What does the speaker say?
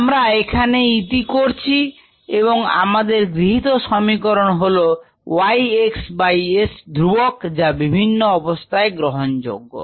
আমরা এখানেই ইতি করেছি এবং আমাদের গৃহীত সমীকরণ হলো Y xs ধ্রুবক যা বিভিন্ন অবস্থায় গ্রহণযোগ্য